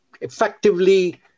effectively